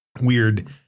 weird